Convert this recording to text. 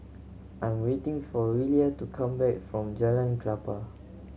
I am waiting for Willia to come back from Jalan Klapa